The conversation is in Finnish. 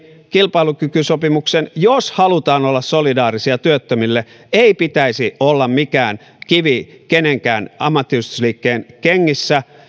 kilpailukykysopimuksen jos halutaan olla solidaarisia työttömille ei pitäisi olla mikään kivi minkään ammattiyhdistysliikkeen kengissä